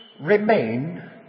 remain